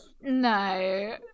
No